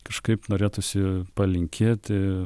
kažkaip norėtųsi palinkėti